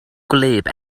gwlyb